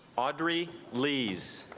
audrey leighs